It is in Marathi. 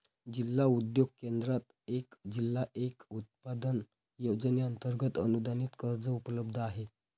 जिल्हा उद्योग केंद्रात एक जिल्हा एक उत्पादन योजनेअंतर्गत अनुदानित कर्ज उपलब्ध आहे